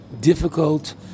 difficult